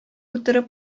утырып